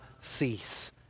cease